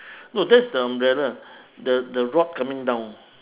no that's the umbrella the the rock coming down